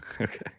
Okay